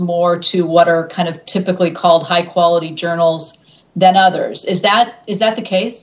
more to what are kind of typically called high quality journals than others is that is that the case